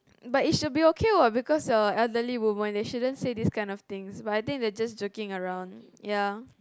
but it should be okay what because you are elderly woman they shouldn't say these kind of things but I think they just joking around ya